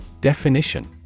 Definition